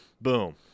Boom